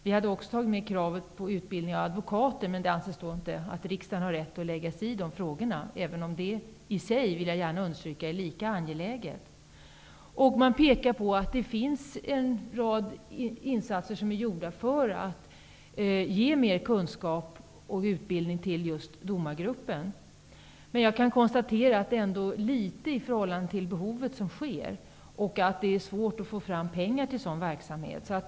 Vi hade också tagit med kravet på utbildning av advokater. Men det anses att riksdagen inte har rätt att lägga sig i den typen av frågor. Men jag vill understryka att den frågan är lika angelägen. Man pekar i betänkandet på en rad insatser som har gjorts för att ge mer kunskap och utbildning till just domargruppen. Men jag kan konstatera att det i förhållande till behovet ändå är litet som sker och att det är svårt att få fram pengar till sådan verksamhet.